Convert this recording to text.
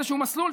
איזשהו מסלול,